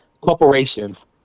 corporations